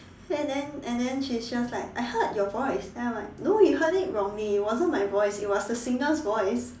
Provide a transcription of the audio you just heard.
and then and then she's just like I heard your voice and I'm like no you heard it wrongly it wasn't my voice it was a singer's voice